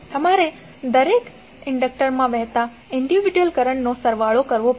તમારે દરેક ઇન્ડક્ટરમાં વહેતા વ્યક્તિગત કરન્ટ્સનો સરવાળો કરવો પડશે